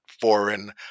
foreign